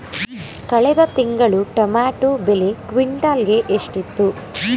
ಕಳೆದ ತಿಂಗಳು ಟೊಮ್ಯಾಟೋ ಬೆಲೆ ಕ್ವಿಂಟಾಲ್ ಗೆ ಎಷ್ಟಿತ್ತು?